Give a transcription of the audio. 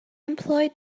employed